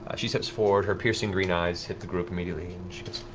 ah she steps forward, her piercing green eyes hit the group immediately and she goes,